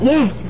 Yes